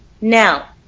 Now